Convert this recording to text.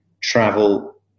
travel